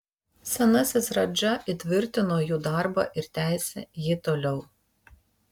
senasis radža įtvirtino jų darbą ir tęsė jį toliau